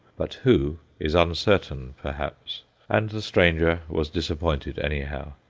but who, is uncertain perhaps and the stranger was disappointed, anyhow.